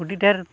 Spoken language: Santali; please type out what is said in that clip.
ᱟᱹᱰᱤ ᱰᱷᱮ ᱨ